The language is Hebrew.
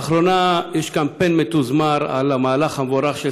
לאחרונה יש קמפיין מתוזמר על המהלך המבורך של